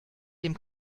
dem